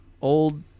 Old